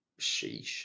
Sheesh